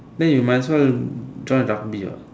then you might as well join rugby what